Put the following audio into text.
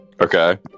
Okay